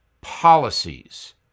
policies